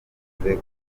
maze